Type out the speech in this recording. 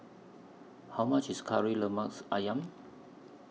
How much IS Kari Lemath Ayam